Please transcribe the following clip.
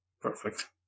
Perfect